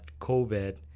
COVID